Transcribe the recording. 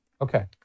Okay